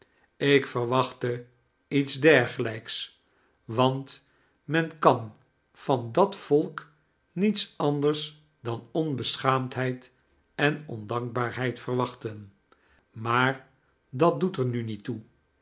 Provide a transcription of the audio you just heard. ik verwachtte iets dergelijks want men kan van dat volk niets anders dan onbeschaamdheid en ondankbaaiheid verwachten maar dat doet er nil niet toe